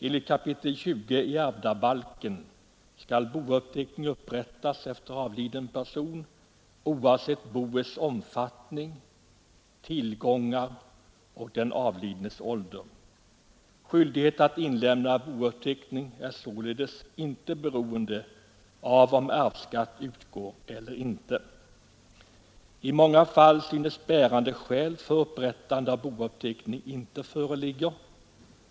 Enligt 20 kap. ärvdabalken skall bouppteckning upprättas efter avliden person oavsett boets omfattning, dess tillgångar och den avlidnes ålder. Skyldighet att inlämna bouppteckning är således inte beroende av om arvsskatt utgår eller inte. I många fall synes bärande skäl för upprättande av bouppteckning inte föreligga.